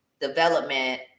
development